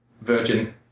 virgin